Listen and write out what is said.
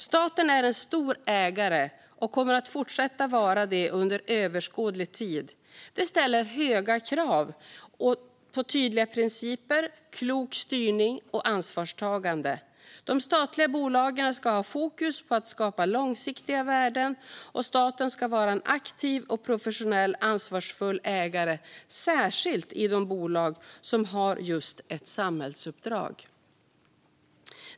Staten är en stor ägare och kommer att fortsätta att vara det under överskådlig tid. Det ställer höga krav på tydliga principer, klok styrning och ansvarstagande. De statliga bolagen ska ha fokus på att skapa långsiktiga värden, och staten ska vara en aktiv, professionell och ansvarsfull ägare, särskilt i de bolag som har just ett samhällsuppdrag.